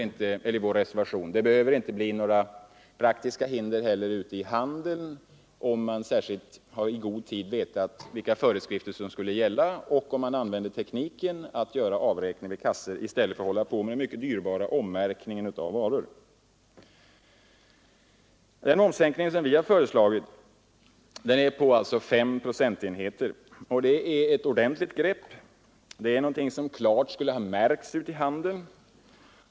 Inte heller hade det behövt bli några praktiska hinder ute i handeln, om man där i god tid vetat vilka föreskrifter som skulle gälla och kunnat använda tekniken att göra avräkning vid kassorna i stället för att hålla på med den mycket dyrbara ommärkningen av varor. Den momssänkning som vi föreslagit är på 5 procentenheter. Det är ett ordentligt grepp och någonting som klart skulle ha märkts ute i handeln.